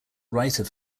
writer